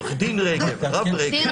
עורך דין רגב, הרב רגב.